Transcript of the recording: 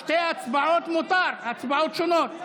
שתי הצבעות, מותר, בהצבעות שונות.